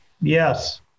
Yes